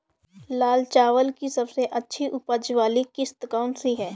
लाल चावल की सबसे अच्छी उपज वाली किश्त कौन सी है?